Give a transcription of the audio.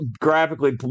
graphically